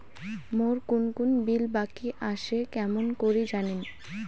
মোর কুন কুন বিল বাকি আসে কেমন করি জানিম?